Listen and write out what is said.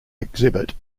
exhibit